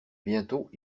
bientôt